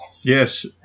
Yes